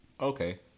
Okay